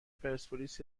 پرسپولیس